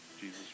Jesus